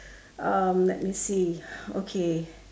um let me see okay